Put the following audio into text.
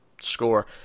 score